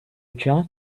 job